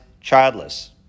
childless